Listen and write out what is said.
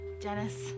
Dennis